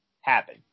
happen